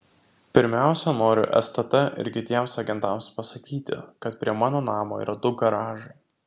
pirmiausia noriu stt ir kitiems agentams pasakyti kad prie mano namo yra du garažai